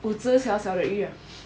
五只小小的鱼 ah